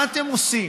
מה אתם עושים?